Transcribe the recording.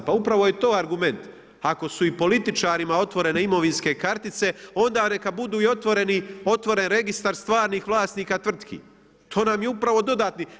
Pa upravo je to argument, ako su i političarima otvorene imovinske kartice onda neka budu i otvoren registar stvarnih vlasnika tvrtki, to nam je upravo dodatni.